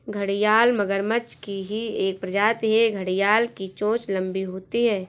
घड़ियाल मगरमच्छ की ही एक प्रजाति है घड़ियाल की चोंच लंबी होती है